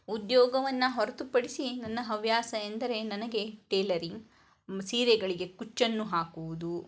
ಉದ್ಯೋಗವನ್ನು ಹೊರತುಪಡಿಸಿ ನನ್ನ ಹವ್ಯಾಸ ಎಂದರೆ ನನಗೆ ಟೇಲರಿಂಗ್ ಸೀರೆಗಳಿಗೆ ಕುಚ್ಚನ್ನು ಹಾಕುವುದು